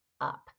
up